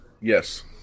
Yes